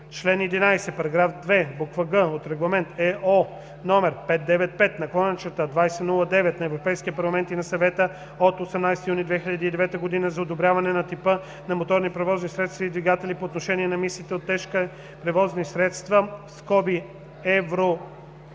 член 11, параграф 2, буква „г“ от Регламент (ЕО) № 595/2009 на Европейския парламент и на Съвета от 18 юни 2009 г. за одобрението на типа на моторни превозни средства и двигатели по отношение на емисиите от тежки превозни средства (Евро